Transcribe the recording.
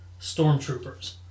stormtroopers